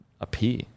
appear